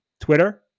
Twitter